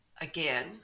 again